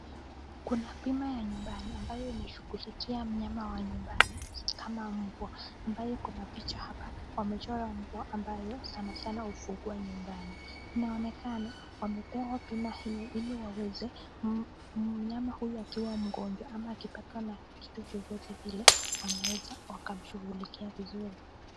Kuna pima ya nyumbani ambayo inashughulikia mnyama wa nyumbani kama mbwa, ambayo kuna picha hapa wamechora mbwa ambayo sana sana hufugwa nyumbani. Inaonekana wamepewa pima hii ili waweze mnyama huyu akiwa mgonjwa ama akipatwa na kitu chochote vile wanaweza wakashughulikia vizuri.